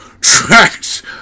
Tracks